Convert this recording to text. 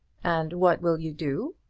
and what will you do?